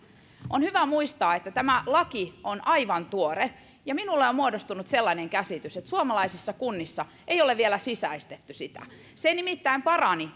on hyvä muistaa että tämä laki on aivan tuore minulle on muodostunut sellainen käsitys että suomalaisissa kunnissa ei ole vielä sisäistetty sitä se nimittäin parani